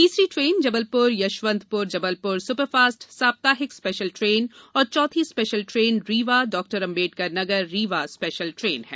तीसरी train Jabalpur Yesvantpur Jabalpur superfast साप्ताहिक special train और चौथी special train Rewa doctor Ambedkar Nagar Rewa special train है